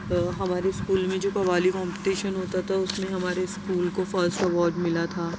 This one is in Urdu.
تو ہمارے اسکول میں جو قوالی کومپٹیشن ہوتا تھا اس میں ہمارے اسکول کو فرسٹ اوارڈ ملا تھا